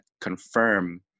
confirm